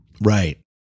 right